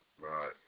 Right